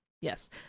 yes